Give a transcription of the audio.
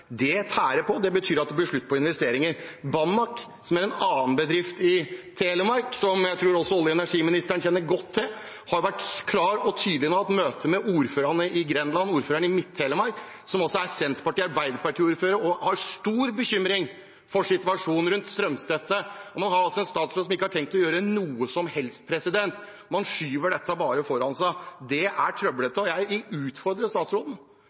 Det tærer på, og det betyr at det blir slutt på investeringer. Bandak – som er en annen bedrift i Telemark, og som jeg tror også olje- og energiministeren kjenner godt til – har vært klar og tydelig og har hatt møte med ordførerne i Grenland og ordføreren i Midt-Telemark, som altså er Senterparti- og Arbeiderparti-ordførere. Bandak bekymrer seg stort for situasjonen rundt strømstøtte, og vi har altså en statsråd som ikke har tenkt til å gjøre noe som helst. Man skyver bare dette foran seg. Det er trøblete,